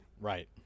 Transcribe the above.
Right